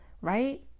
right